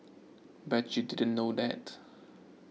bet you didn't know that